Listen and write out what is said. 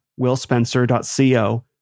willspencer.co